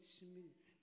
smooth